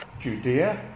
Judea